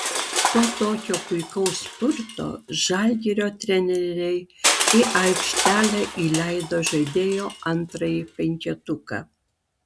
po tokio puikaus spurto žalgirio treneriai į aikštelę įleido žaidėjų antrąjį penketuką